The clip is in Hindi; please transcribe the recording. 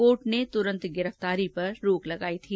कोर्ट ने तुरंत गिरफ्तारी पर रोक लगाई थी